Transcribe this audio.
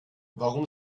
warum